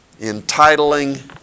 Entitling